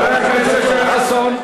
חבר הכנסת יואל חסון.